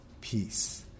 peace